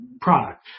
product